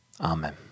Amen